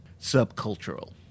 Subcultural